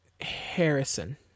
Harrison